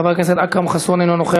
חבר הכנסת אכרם חסון, אינו נוכח.